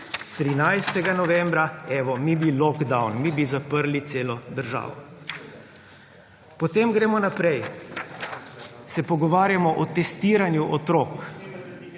13. novembra, evo, mi bi lockdown, mi bi zaprli celo državo. Potem gremo naprej. Se pogovarjamo o testiranju otrok.